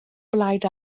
blaid